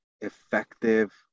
effective